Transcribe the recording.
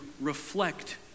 reflect